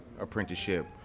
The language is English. apprenticeship